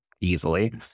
easily